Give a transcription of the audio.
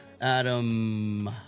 Adam